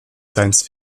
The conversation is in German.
science